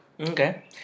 Okay